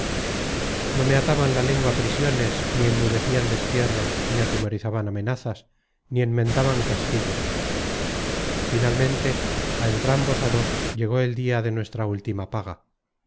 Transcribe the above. no me ataban la lengua prisiones ni enmudecido destierros ni atemorizaban amenazas ni enmendaban castigos finalmente á entrambos á dos llegó el dia de nuestra última paga